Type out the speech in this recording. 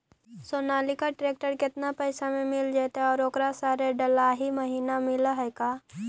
Sonalika tractor केतना पैसा में मिल जइतै और ओकरा सारे डलाहि महिना मिलअ है का?